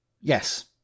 yes